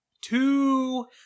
Two